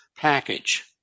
Package